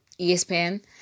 ESPN